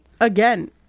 again